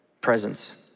presence